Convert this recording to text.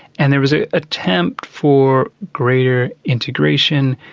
and there was an attempt for greater integration,